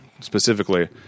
specifically